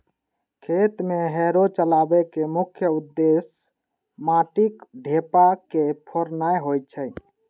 खेत मे हैरो चलबै के मुख्य उद्देश्य माटिक ढेपा के फोड़नाय होइ छै